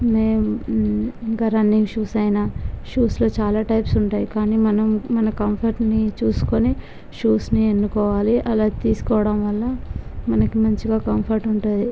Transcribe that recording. మేము ఇంకా running shoes అయినా షూస్లో చాలా టైప్స్ ఉంటాయి కాని మనం మన కంఫర్టును చూసుకుని షూస్ని ఎన్నుకోవాలి అలా తీసుకోవడంవల్ల మనకు మంచిగా కంఫర్ట్ ఉంటుంది